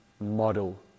model